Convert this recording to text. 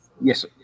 Yes